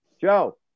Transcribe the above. Joe